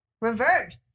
reverse